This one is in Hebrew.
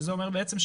שזה אומר בעצם,